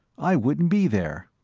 i wouldn't be there.